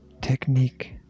technique